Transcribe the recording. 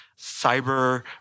cyber